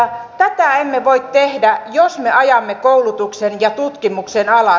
tätä emme voi tehdä jos me ajamme koulutuksen ja tutkimuksen alas